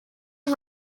are